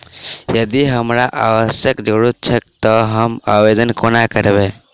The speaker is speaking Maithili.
यदि हमरा आवासक जरुरत छैक तऽ हम आवेदन कोना करबै?